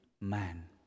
man